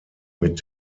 mit